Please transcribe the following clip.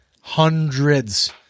hundreds